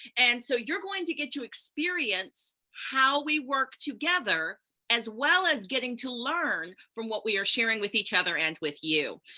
and so you're going to get to experience how we work together as well as getting to learn from what we have are sharing with each other and with you.